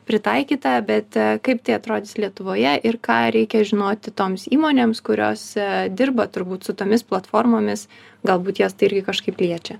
pritaikyta bet kaip tai atrodys lietuvoje ir ką reikia žinoti toms įmonėms kuriose dirba turbūt su tomis platformomis galbūt juos tai irgi kažkaip liečia